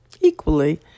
Equally